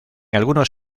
algunos